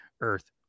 earth